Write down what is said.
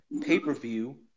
pay-per-view